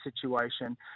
situation